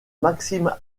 maxime